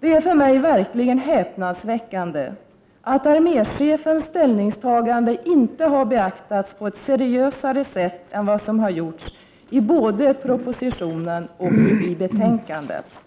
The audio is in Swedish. Det är för mig verkligen häpnadsväckande att arméchefens ställningstaganden inte har beaktats på ett mer seriöst sätt än vad som gjorts i propositionen och i betänkandet.